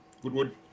Goodwood